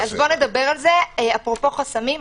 בוא נדבר על זה אפרופו חסמים.